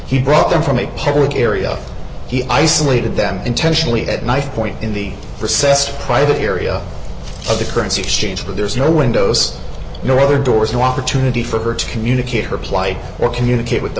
he brought them from a public area he isolated them intentionally at knifepoint in the recessed private area of the currency exchange where there's no windows no other doors no opportunity for her to communicate her plight or communicate with the